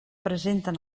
presenten